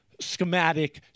schematic